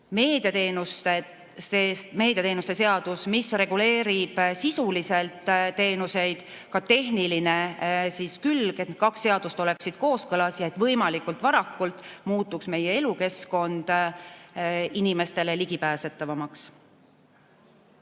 meediateenuste seadus reguleerib sisuliselt teenuseid ja tehnilist külge, et need kaks seadust oleksid kooskõlas ja et võimalikult varakult muutuks meie elukeskkond inimestele ligipääsetavamaks.